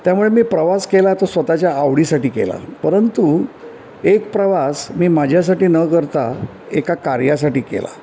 त्यामुळे मी प्रवास केला तो स्वतःच्या आवडीसाठी केला परंतु एक प्रवास मी माझ्यासाठी न करता एका कार्यासाठी केला